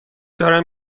دارم